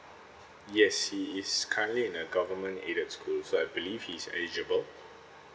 yes he is currently in a government aided school so I believe he's eligible